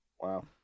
Wow